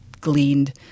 gleaned